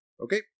Okay